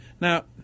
Now